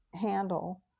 handle